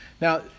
Now